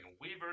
Weaver